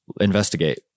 investigate